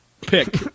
Pick